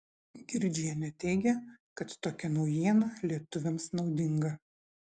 girdžienė teigia kad tokia naujiena lietuviams naudinga